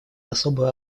особую